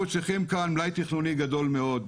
אנחנו צריכים כאן מלאי תכנוני גדול מאוד,